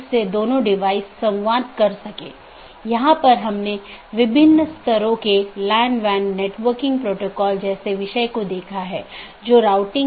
यहाँ दो प्रकार के पड़ोसी हो सकते हैं एक ऑटॉनमस सिस्टमों के भीतर के पड़ोसी और दूसरा ऑटॉनमस सिस्टमों के पड़ोसी